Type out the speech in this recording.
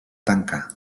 tancar